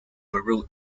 bureau